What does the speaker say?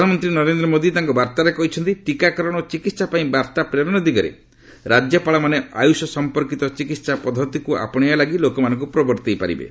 ପ୍ରଧାନମନ୍ତ୍ରୀ ନରେନ୍ଦ୍ର ମୋଦି ତାଙ୍କ ବାର୍ତ୍ତାରେ କହିଛନ୍ତି ଟିକାକରଣ ଓ ଚିକିତ୍ସା ପାଇଁ ବାର୍ତ୍ତା ପ୍ରେରଣ ଦିଗରେ ରାଜ୍ୟପାଳମାନେ ଆୟୁଷ୍ ସମ୍ପର୍କିତ ଚିକିତ୍ସା ପଦ୍ଧତିକୁ ଅପଣାଇବା ଲାଗି ଲୋକମାନଙ୍କୁ ପ୍ରବର୍ତ୍ତାଇ ପାରିବେ